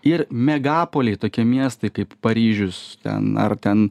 ir megapoliai tokie miestai kaip paryžius ten ar ten